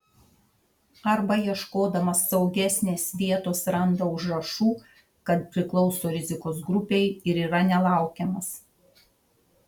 arba ieškodamas saugesnės vietos randa užrašų kad priklauso rizikos grupei ir yra nelaukiamas